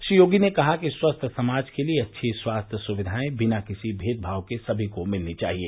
श्री योगी ने कहा कि स्वस्थ समाज के लिए अच्छी स्वास्थ्य सुविधाएं बिना किसी नेदभाव के समी को मिलनी चाहिए